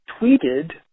tweeted